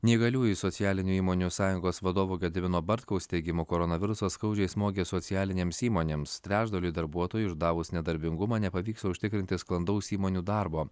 neįgaliųjų socialinių įmonių sąjungos vadovo gedimino bartkaus teigimu koronavirusas skaudžiai smogė socialinėms įmonėms trečdaliui darbuotojų išdavus nedarbingumo nepavyks užtikrinti sklandaus įmonių darbo